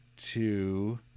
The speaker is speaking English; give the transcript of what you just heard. Two